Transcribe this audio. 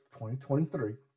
2023